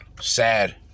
Sad